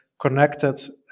connected